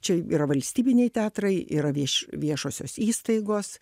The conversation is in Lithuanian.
čia yra valstybiniai teatrai yra vieš viešosios įstaigos